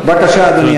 בבקשה, אדוני.